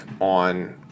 on –